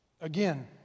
again